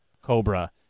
Cobra